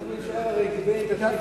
3714, 3720, 3729, 3730 ו-3740.